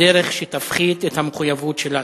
בדרך שתפחית את המחויבות שלנו.